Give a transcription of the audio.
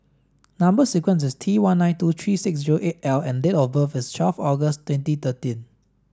number sequence is T one nine two three six zero eight L and date of birth is twelve August twenty thirteen